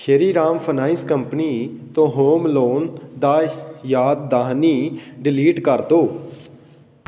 Shriram finance company ਤੋਂ home loan ਦਾ ਯਾਦ ਦਹਾਨੀ ਡਿਲੀਟ ਕਰ ਦਿਉ